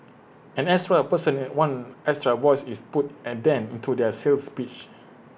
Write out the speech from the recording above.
an extra person is one extra voice is put A dent into their sales pitch